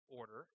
order